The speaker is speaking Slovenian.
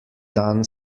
dan